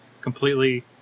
completely